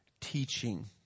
teaching